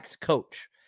coach